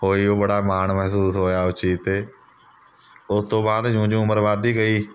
ਹੋਈ ਉਹ ਬੜਾ ਮਾਣ ਮਹਿਸੂਸ ਹੋਇਆ ਉਸ ਚੀਜ਼ 'ਤੇ ਉਸ ਤੋਂ ਬਾਅਦ ਜਿਊਂ ਜਿਊਂ ਉਮਰ ਵੱਧਦੀ ਗਈ